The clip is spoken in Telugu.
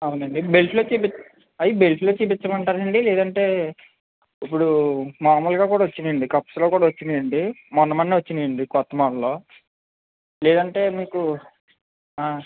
అవునండి బెల్ట్లో చూపిచ్చ అవి బెల్ట్లో చూపించమంటారాండి లేదంటే ఇప్పుడు మాములుగా కూడా వచ్చాయి అండి కప్స్లో కూడా వచ్చాయండి మొన్న మొన్నే వచ్చాయండి కొత్త మోడలు లేదంటే మీకు